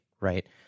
Right